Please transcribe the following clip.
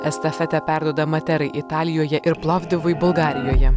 estafetę perduoda materai italijoje ir plovdivui bulgarijoje